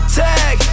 tag